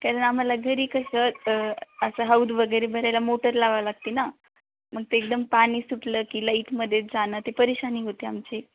कारण आम्हाला घरी कसं असं हौद वगैरे भरायला मोटर लावावं लागते ना मग ते एकदम पाणी सुटलं की लाईट मध्येच जाणं ते परेशानी होते आमची